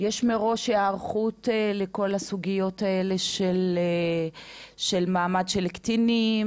יש היערכות מראש לכל הסוגיות האלה של מעמד של קטינים,